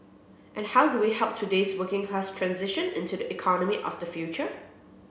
and how do we help today's working class transition and to the economy of the future